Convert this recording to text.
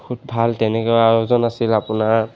খুব ভাল তেনেকুৱা আৰু এজন আছিল আপোনাৰ